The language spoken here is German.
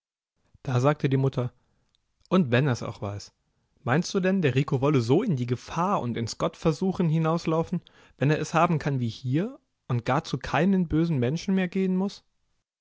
da sagte die mutter und wenn er's auch weiß meinst du denn der rico wolle so in die gefahr und ins gottversuchen hinauslaufen wenn er es haben kann wie hier und gar zu keinen bösen menschen mehr gehen muß